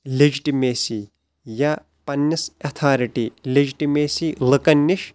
legitimacy یا پننِس authority legitimacy لُکن نِش